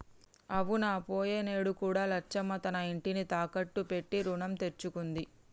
అవునా పోయినేడు కూడా లచ్చమ్మ తన ఇంటిని తాకట్టు పెట్టి రుణం తెచ్చుకుంది